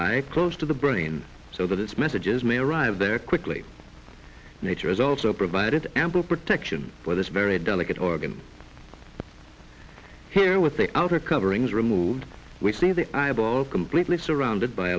eye close to the brain so that its messages may arrive there quickly nature is also provided ample protection for this very delicate organ here with the outer covering is removed we see the eyeball completely surrounded by